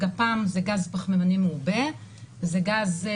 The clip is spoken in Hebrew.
גפ"מ הוא גז פחמימני מעובה,